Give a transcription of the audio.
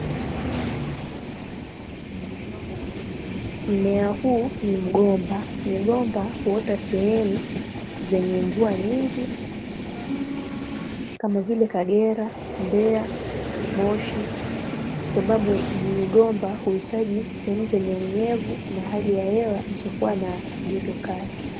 Mmea huu ni mgomba, migomba huota sehemu zenye mvua nyingi, kama vile: Kagera, Mbeya, Moshi, kwa sababu migomba huhitaji sehemu zenye unyevu na hali ya hewa isiyokuwa na joto kali.